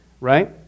right